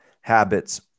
habits